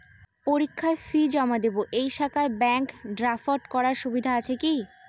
পরীক্ষার ফি জমা দিব এই শাখায় ব্যাংক ড্রাফট করার সুবিধা আছে কি?